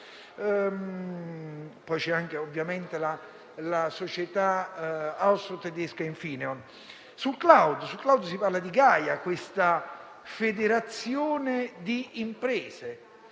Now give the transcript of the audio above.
poi c'è anche la società austro-tedesca Infineon. Sul *cloud* si parla di Gaia-X, una federazione di imprese.